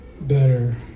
better